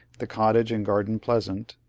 the cottage and garden pleasant,